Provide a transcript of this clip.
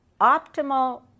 optimal